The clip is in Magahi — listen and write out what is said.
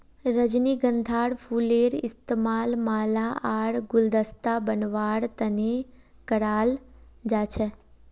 रजनीगंधार फूलेर इस्तमाल माला आर गुलदस्ता बनव्वार तने कराल जा छेक